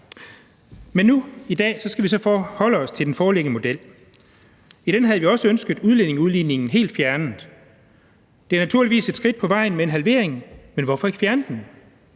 Men nu i dag så skal vi forholde os til den foreliggende model. I den havde vi også ønsket udlændingeudligningen helt fjernet. Det er naturligvis et skridt på vejen med en halvering, men hvorfor ikke fjerne den?